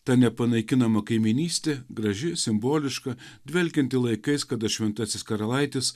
ta nepanaikinama kaimynystė graži simboliška dvelkianti laikais kada šventasis karalaitis